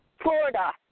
florida